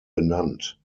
benannt